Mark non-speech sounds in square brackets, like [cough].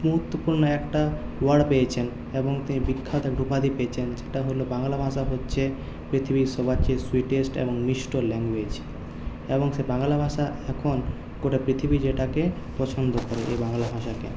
গুরুত্বপূর্ণ একটা [unintelligible] পেয়েছেন এবং তিনি বিখ্যাত উপাধি পেয়েছেন যেটা হলো বাংলা ভাষা হচ্ছে পৃথিবীর সবার চেয়ে সুইটেস্ট এবং মিষ্ট ল্যাঙ্গয়েজ এবং সে বাংলা ভাষা এখন গোটা পৃথিবী যেটাকে পছন্দ করে এই বাংলা ভাষাকে